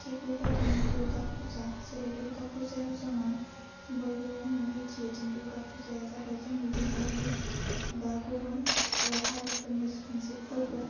थिक बेबायदिनो दुरगा फुजा जेरै दुरगा फुजायाव जोङो बयबो मिथियोदि दुरगा फुजाया जाबाय जोंनि बेंगलि बा गुबुन हारिफोरनि मोनसे फोरबो